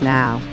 now